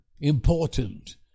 important